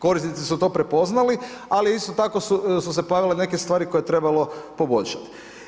Korisnici su to prepoznali, ali isto tako su se pojavile neke stvari koje je trebalo poboljšati.